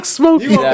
smoky